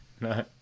no